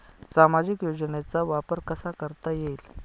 सामाजिक योजनेचा वापर कसा करता येईल?